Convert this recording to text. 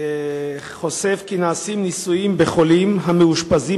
חושף כי נעשים ניסויים בחולים המאושפזים